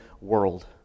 world